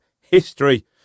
History